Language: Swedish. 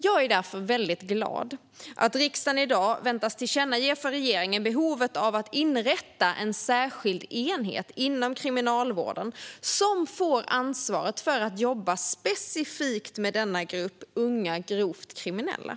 Jag är därför väldigt glad att riksdagen i dag väntas tillkännage för regeringen behovet av att inrätta en särskild enhet inom Kriminalvården som får ansvaret för att jobba specifikt med denna grupp unga, grovt kriminella.